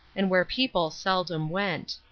and where people seldom went.